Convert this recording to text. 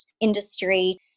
industry